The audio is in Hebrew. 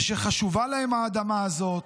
ושחשובה להם האדמה הזאת.